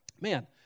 Man